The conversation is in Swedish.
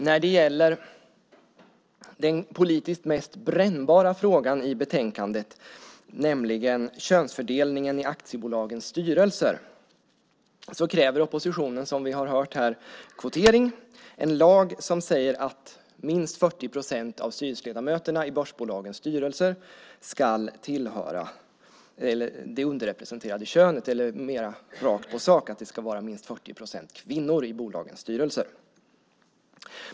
När det gäller den politiskt mest brännbara frågan i betänkandet, nämligen könsfördelningen i aktiebolagens styrelser, kräver oppositionen, som vi har hört, kvotering i en lag som säger att minst 40 procent av styrelseledamöterna i börsbolagens styrelser ska tillhöra det underrepresenterade könet. Eller mer rakt på sak: Det ska vara minst 40 procent kvinnor i bolagens styrelser.